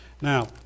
Now